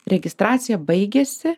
registracija baigėsi